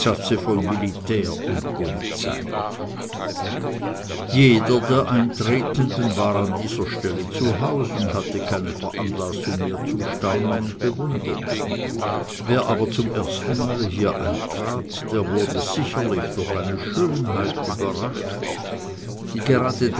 von militär und polizei jeder der eintretenden war an dieser stelle zu haus und hatte keine veranlassung mehr zum staunen und bewundern wer aber zum ersten male hier eintrat der wurde sicherlich durch eine schönheit überrascht die gerade